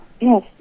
Yes